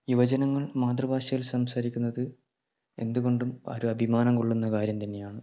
യുവജനങ്ങൾ മാതൃഭാഷയിൽ സംസാരിക്കുന്നത് എന്തുകൊണ്ടും അവർ അഭിമാനം കൊള്ളുന്ന കാര്യം തന്നെയാണ്